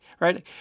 right